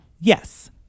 Yes